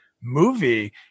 movie